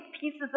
pieces